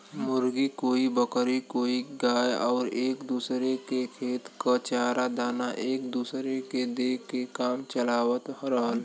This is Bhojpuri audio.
मुर्गी, कोई बकरी कोई गाय आउर एक दूसर के खेत क चारा दाना एक दूसर के दे के काम चलावत रहल